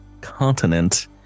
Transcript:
continent